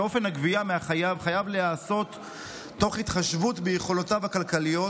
שבה אופן הגבייה מהחייב חייב להיעשות תוך התחשבות ביכולותיו הכלכליות,